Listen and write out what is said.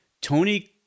Tony